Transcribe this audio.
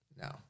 No